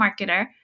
marketer